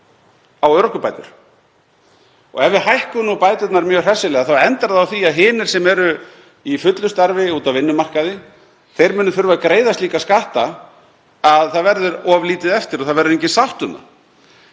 á örorkubætur. Ef við hækkum nú bæturnar mjög hressilega þá endar það á því að hinir sem eru í fullu starfi úti á vinnumarkaði munu þurfa að greiða slíka skatta að það verður of lítið eftir og það verður engin sátt um það.